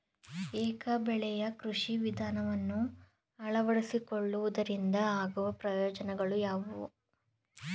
ಏಕ ಬೆಳೆಯ ಕೃಷಿ ವಿಧಾನವನ್ನು ಅಳವಡಿಸಿಕೊಳ್ಳುವುದರಿಂದ ಆಗುವ ಪ್ರಯೋಜನಗಳು ಯಾವುವು?